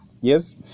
Yes